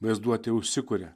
vaizduotė užsikuria